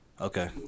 Okay